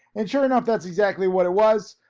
and sure enough that's exactly what it was.